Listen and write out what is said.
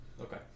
Okay